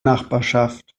nachbarschaft